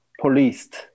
policed